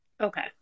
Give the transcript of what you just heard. Okay